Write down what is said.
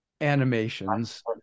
animations